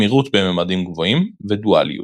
קמירות בממדים גבוהים ודואליות.